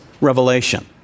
revelation